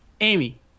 Amy